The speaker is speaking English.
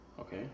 Okay